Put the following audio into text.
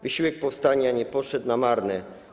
Wysiłek powstania nie poszedł na marne.